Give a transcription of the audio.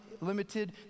limited